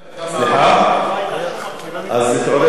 אז התעורר ראש הממשלה שרון בבוקר והקים ועדה?